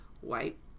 white